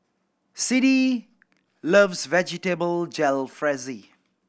Siddie loves Vegetable Jalfrezi